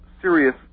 serious